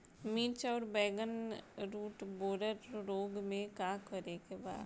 मिर्च आउर बैगन रुटबोरर रोग में का करे के बा?